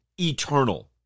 eternal